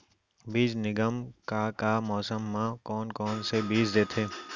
बीज निगम का का मौसम मा, कौन कौन से बीज देथे?